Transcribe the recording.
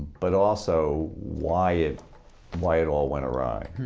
but also why it why it all went awry.